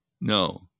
No